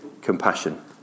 compassion